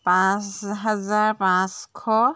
পাঁচ হাজাৰ পাঁছশ